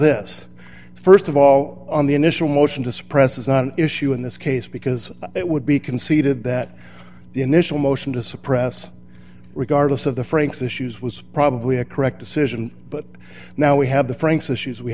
situation is this st of all on the initial motion to suppress is not an issue in this case because it would be conceded that the initial motion to suppress regardless of the franks issues was probably a correct decision but now we have the franks issues we